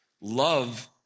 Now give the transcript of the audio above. love